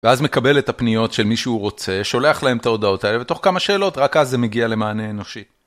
ואז מקבל את הפניות של מי שהוא רוצה, שולח להם את ההודעות האלה, ותוך כמה שאלות, רק אז זה מגיע למענה אנושי.